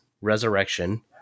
Resurrection